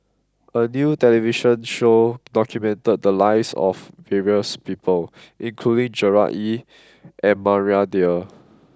a new television show documented the lives of various people including Gerard Ee and Maria Dyer